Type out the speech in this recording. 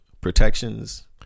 Protections